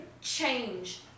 change